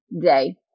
day